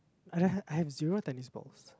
I d~ I have zero tennis balls